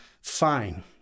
Fine